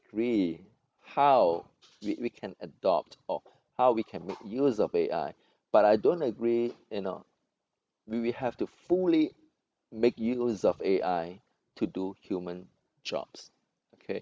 degree how we we can adopt or how we can make use of A_I but I don't agree you know we we have to fully make use of A_I to do human jobs okay